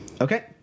okay